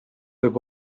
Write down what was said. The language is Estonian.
võib